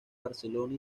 barcelona